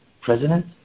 president